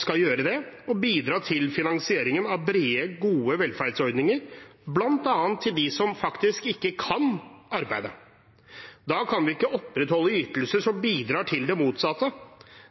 skal gjøre det og bidra til finansieringen av brede, gode velferdsordninger, bl.a. til dem som faktisk ikke kan arbeide. Da kan vi ikke opprettholde ytelser som bidrar til det motsatte.